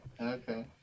Okay